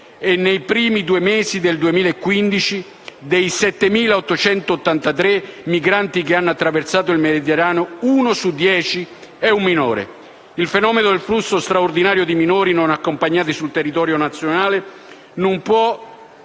e nei primi due mesi del 2015, dei 7.883 migranti che hanno attraversato il Mediterraneo uno su dieci è minore. Il fenomeno del flusso straordinario di minori non accompagnati sul territorio nazionale non può